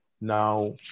now